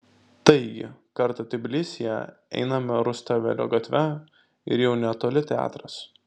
taigi kartą tbilisyje einame rustavelio gatve ir jau netoli teatras